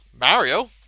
Mario